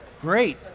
Great